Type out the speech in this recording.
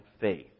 faith